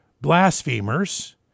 blasphemers